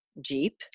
Jeep